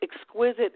exquisite